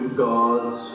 gods